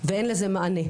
ואין לזה מענה.